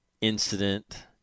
incident